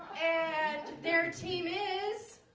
and their team is